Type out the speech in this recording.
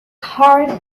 hard